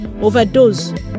overdose